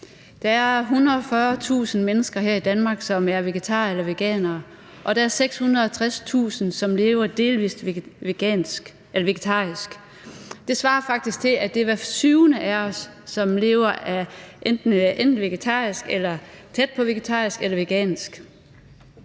Der er 140.000 mennesker her i Danmark, som er vegetarer eller veganere, og der er 660.000 mennesker, der lever delvis vegetarisk. Det svarer faktisk til, at det er hver syvende af os, der lever enten vegetarisk, tæt på vegetarisk eller vegansk.